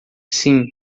sim